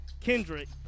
Kendrick